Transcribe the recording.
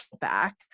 back